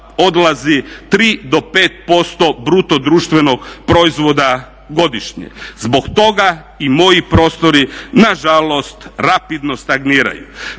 odlazi 3 do 5% BDP-a godišnje. Zbog toga i moji prostori nažalost rapidno stagniraju.